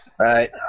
Right